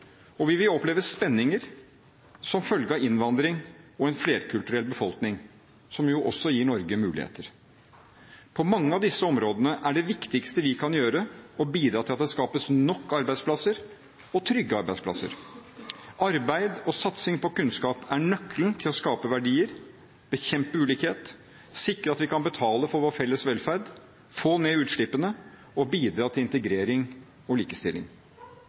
vokser. Vi vil oppleve spenninger som følge av innvandring og en flerkulturell befolkning, som jo også gir Norge muligheter. På mange av disse områdene er det viktigste vi kan gjøre, å bidra til at det skapes nok arbeidsplasser og trygge arbeidsplasser. Arbeid og satsing på kunnskap er nøkkelen til å skape verdier, bekjempe ulikhet, sikre at vi kan betale for vår felles velferd, få ned utslippene og bidra til integrering og likestilling.